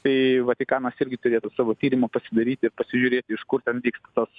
tai vatikanas irgi turėtų savo tyrimą pasidaryti ir pasižiūrėti iš kur ten vyksta tos